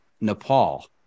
Nepal